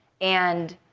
and